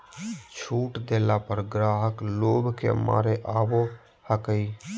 छुट देला पर ग्राहक लोभ के मारे आवो हकाई